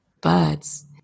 birds